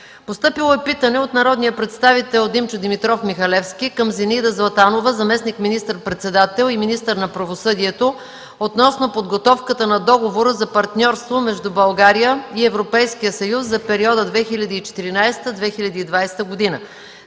Постъпило е питане от народния представител Димчо Димитров Михалевски към Зинаида Златанова, заместник министър-председател и министър на правосъдието, относно подготовката на Договора за партньорство между България и Европейския съюз за периода 2014-2020 г.